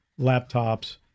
laptops